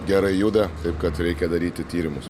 gerai juda taip kad reikia daryti tyrimus